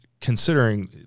considering